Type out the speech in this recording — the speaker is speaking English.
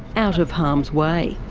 out of harm's way.